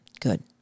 Good